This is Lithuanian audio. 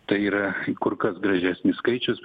tai yra kur kas gražesnis skaičius